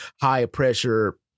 high-pressure